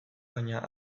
baina